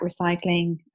recycling